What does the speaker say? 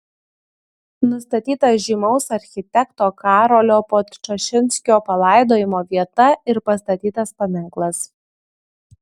nustatyta žymaus architekto karolio podčašinskio palaidojimo vieta ir pastatytas paminklas